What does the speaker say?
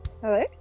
Hello